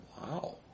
Wow